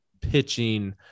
pitching